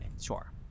Sure